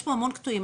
יש פה המון קטועים,